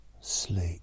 sleep